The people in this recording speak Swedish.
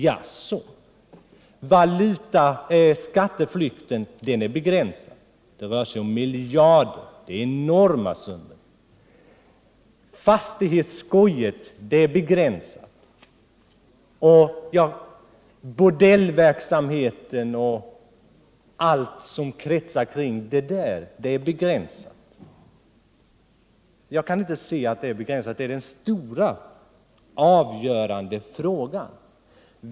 Jaså, valutaoch skatteflykten är begränsad. Det rör sig ju om enorma summor. Är fastighetsskojet begränsat? Är bordellverksamheten och allt som kretsar kring den begränsat? Jag kan inte se att den ekonomiska brottsligheten är begränsad. Den är den stora och avgörande frågan.